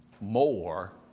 more